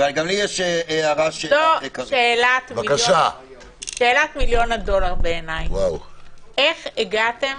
שאלת מיליון הדולר בעיניי: איך הגעתם